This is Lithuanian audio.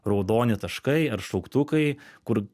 raudoni taškai ar šauktukai kur